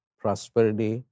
prosperity